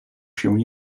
się